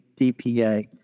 DPA